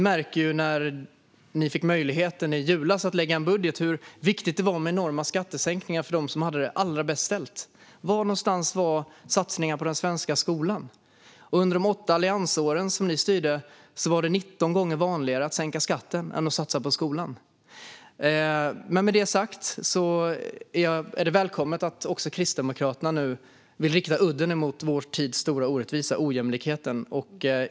När ni i julas fick möjligheten att lägga fram en budget märkte vi hur viktigt det var med enorma skattesänkningar för dem som hade det allra bäst ställt, Gudrun Brunegård. Var fanns satsningarna på den svenska skolan? Under de åtta alliansår då ni styrde var det 19 gånger vanligare att sänka skatten än att satsa på skolan. Men med det sagt är det välkommet att också Kristdemokraterna nu vill rikta udden mot vår tids stora orättvisa: ojämlikheten.